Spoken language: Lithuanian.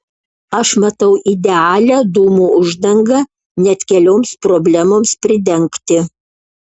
aš matau idealią dūmų uždangą net kelioms problemoms pridengti